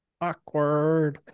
awkward